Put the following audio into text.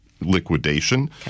liquidation